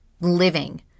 living